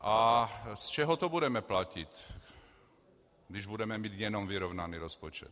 Z čeho to budeme platit, když budeme mít jenom vyrovnaný rozpočet?